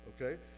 okay